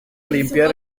limpiar